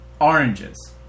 oranges